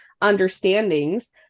understandings